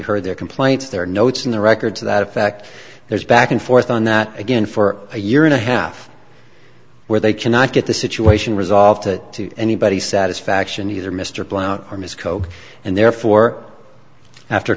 heard their complaints there are notes in the record to that effect there's back and forth on that again for a year and a half where they cannot get the situation resolved to anybody's satisfaction either mr blount or ms koch and therefore after